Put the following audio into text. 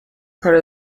part